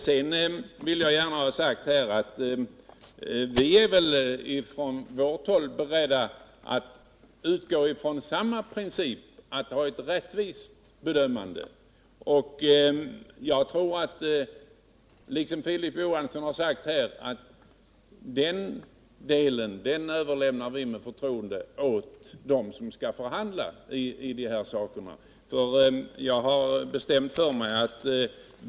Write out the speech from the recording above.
Jag vill gärna ha sagt att vi från vårt håll är beredda att utgå från samma princip om en rättvis bedömning. Men liksom Filip Johansson överlämnar jag med förtroende den delen åt dem som skall förhandla i de här sammanhangen.